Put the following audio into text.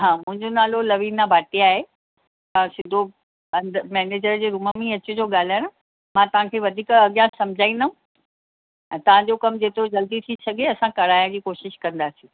ह मुंहिंजो नलो लविना भाटिया आहे तव्हां सिधो अंदरि मैनेजर जे रूम मे ई अचिजो ॻाल्हाइण मां तव्हांखे वधीक अॻियां समुझाईंदमि तव्हां जो कमु जेतिरो जल्दी थी सघे असां कराइण जी कोशिशि कंदासे